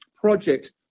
project